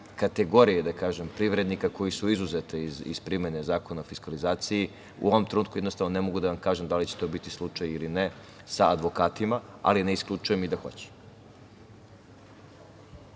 kategorije privrednika koji su izuzeti iz primene Zakona o fiskalizaciji. U ovom trenutku, jednostavno, ne mogu da vam kažem da li će to biti slučaj ili ne sa advokatima, ali ne isključujem i da hoće.